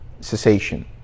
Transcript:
cessation